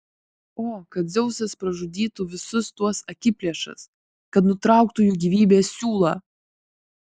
o kad dzeusas pražudytų visus tuos akiplėšas kad nutrauktų jų gyvybės siūlą